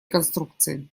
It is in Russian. конструкции